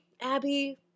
Abby